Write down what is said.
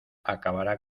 acabará